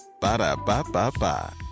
Ba-da-ba-ba-ba